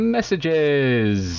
Messages